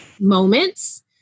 Moments